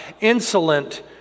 insolent